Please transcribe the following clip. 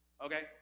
Okay